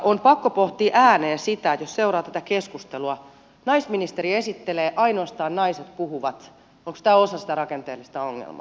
on pakko pohtia ääneen sitä jos seuraa tätä keskustelua naisministeri esittelee ainoastaan naiset puhuvat onko tämä osa sitä rakenteellista ongelmaa